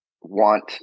want